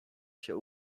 się